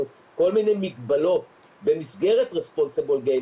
כל מיני מגבלות במסגרת "משחקים באחריות",